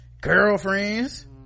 girlfriends